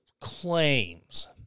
claims